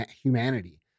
humanity